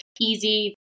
easy